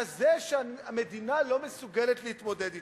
כזה שהמדינה לא מסוגלת להתמודד אתו.